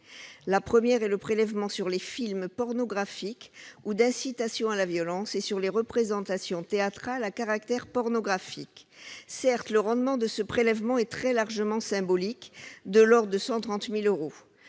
La première est le prélèvement sur les films pornographiques ou d'incitation à la violence et sur les représentations théâtrales à caractère pornographique. Certes, le rendement de ce prélèvement est très largement symbolique, de l'ordre de 130 000 euros.